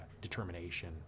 determination